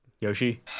Yoshi